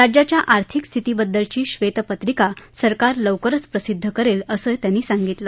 राज्याच्या आर्थिक स्थितीबददलची श्वेतपत्रिका सरकार लवकरच प्रसिद्ध करेल असं त्यांनी सांगितलं